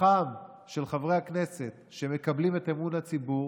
כוחם של חברי הכנסת שמקבלים את אמון הציבור